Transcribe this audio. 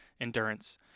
endurance